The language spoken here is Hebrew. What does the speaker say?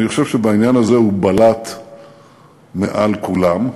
אני חושב שבעניין הזה הוא בלט מעל כולם,